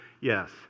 Yes